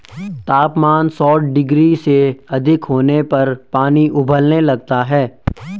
तापमान सौ डिग्री से अधिक होने पर पानी उबलने लगता है